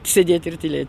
sėdėt ir tylėt